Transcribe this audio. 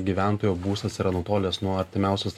gyventojo būstas yra nutolęs nuo artimiausios